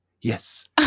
yes